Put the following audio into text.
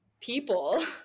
people